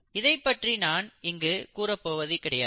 இதைப் பற்றி நான் இங்கு கூறப்போவதில்லை